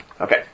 Okay